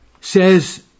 says